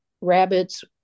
Rabbits